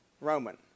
Roman